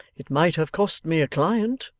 it might have cost me a client.